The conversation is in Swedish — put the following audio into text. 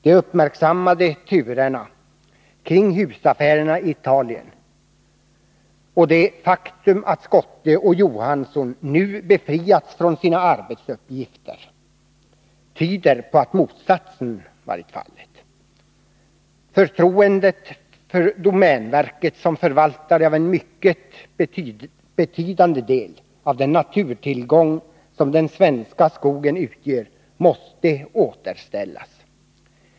De uppmärksammade turerna beträffande husaffärerna i Italien och det faktum att Schotte och Johansson nu befriats från sina arbetsuppgifter tyder på att motsatsen varit fallet. Förtroendet för domänverket som förvaltare av en mycket betydande del av den naturtillgång som den svenska skogen utgör måste återställas.